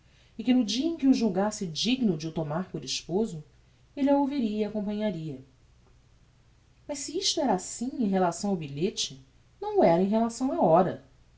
e que no dia em que o julgasse digno de o tomar por esposo elle a ouviria e acompanharia mas se isto era assim em relação ao bilhete não o era em relação á hora